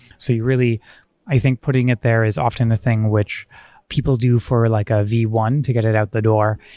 so you really i think putting it there is often the thing which people do for like a v one to get it out the door,